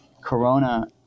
corona